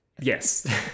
Yes